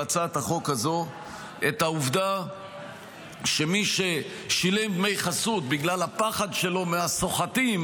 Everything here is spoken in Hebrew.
בהצעת החוק הזו את העובדה שמי ששילם דמי חסות בגלל הפחד שלו מהסוחטים,